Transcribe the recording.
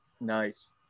Nice